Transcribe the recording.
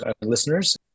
listeners